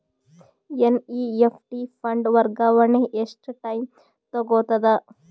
NEFT fund ವರ್ಗಾವಣೆ ಎಷ್ಟ time ತೋಗೊತದ?